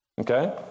Okay